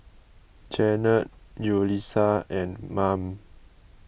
Janette Yulisa and Mame